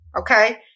okay